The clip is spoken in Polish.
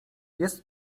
jest